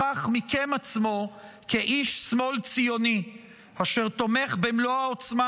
בכך מיקם עצמו כאיש שמאל ציוני אשר תומך במלוא העוצמה